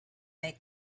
make